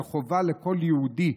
כחובה לכל יהודי,